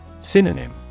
Synonym